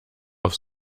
auf